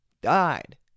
died